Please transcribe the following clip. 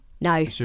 No